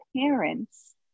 parents